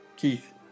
Keith